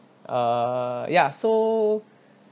uh ya so